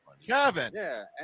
Kevin